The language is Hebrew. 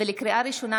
לקריאה ראשונה,